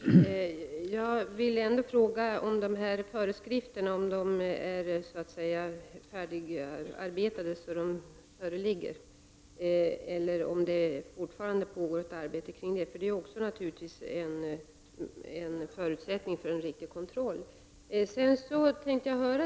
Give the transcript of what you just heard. Herr talman! Jag vill ändå fråga om föreskrifterna är färdigutarbetade och föreligger eller om det fortfarande pågår ett arbete kring detta. De är naturligtvis en förutsättning för en riktig kontroll.